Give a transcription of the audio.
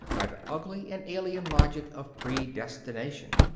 by the ugly and alien logic of predestination.